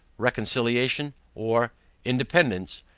reconciliation or independance?